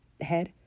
head